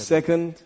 Second